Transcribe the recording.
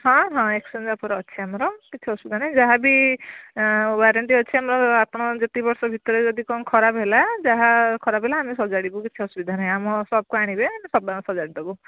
ହଁ ହଁ exchange offer ଅଛି ଆମର କିଛି ଅସୁବିଧା ନାହିଁ ଯାହାବି ୱାରେଣ୍ଟି ଅଛି ଆମର ଆପଣ ଗୋଟେ ବର୍ଷ ଭିତରେ ଯଦି କ'ଣ ଖରାପ ହେଲା ଯାହା ଖରାପ ହେଲା ଆମେ ସଜାଡ଼ିବୁ କିଛି ଅସୁବିଧା ନାହିଁ ଆମ ସପ୍କୁ ଆଣିବେ ସଜାଡ଼ି ଦେବୁ